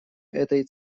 этой